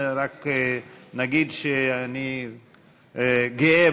רק נגיד שאני גאה,